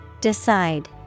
decide